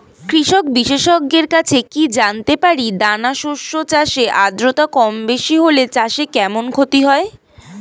কৃষক বিশেষজ্ঞের কাছে কি জানতে পারি দানা শস্য চাষে আদ্রতা কমবেশি হলে চাষে কেমন ক্ষতি হয়?